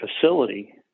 facility